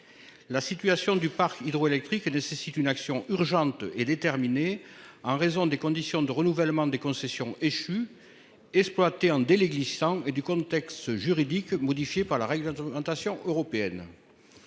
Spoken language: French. La situation du parc hydroélectrique nécessite une action urgente et déterminée en raison des conditions de renouvellement des concessions échues. Exploité un délai glissant et du contexte juridique modifiée par la règle. Européenne.